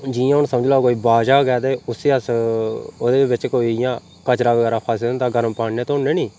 जियां हुन समझी लैओ कोई बाजा गै ऐ ते उसी अस ओह्दे बिच्च इयां कोई कचरा फसे दा होंदा गर्म पानी कन्नै धोने नी